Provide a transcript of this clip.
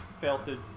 Felted